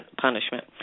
punishment